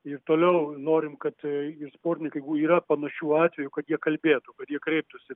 ir toliau norim kad ir sportininkai jeigu yra panašių atvejų kad jie kalbėtų kad jie kreiptųsi